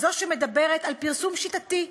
זו שמדברת על פרסום שיטתי,